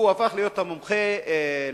הוא הפך להיות מומחה לגנטיקה